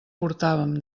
portàvem